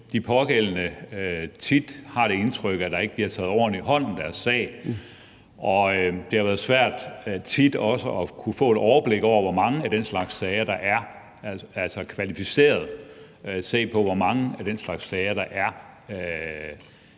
De pågældende har tit det indtryk, at der ikke bliver taget ordentligt hånd om deres sag. Og det har tit også været svært at få et overblik over, hvor mange af den slags sager der er, altså kvalificeret at se på, hvor mange af den slags sager der er